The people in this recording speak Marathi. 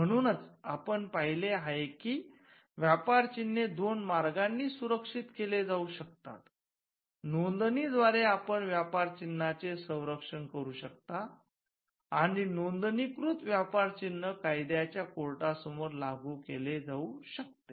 म्हणून आपण पाहिले आहे की व्यापार चिन्हे दोन मार्गांनी सुरक्षित केले जाऊ शकतात नोंदणी द्वारे आपण व्यापार चिन्हाचे संरक्षण करू शकता आणि नोंदणीकृत व्यापार चिन्ह कायद्याच्या कोर्टासमोर लागू केले जाऊ शकते